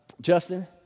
Justin